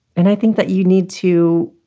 and i think that you need to,